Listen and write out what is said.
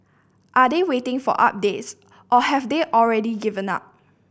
are they waiting for updates or have they already given up